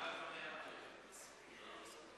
עד שלוש דקות,